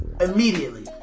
immediately